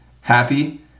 happy